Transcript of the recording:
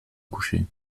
coucher